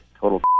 total